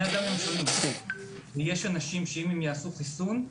אדם --- ויש אנשים שאם יעשו חיסון,